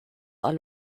are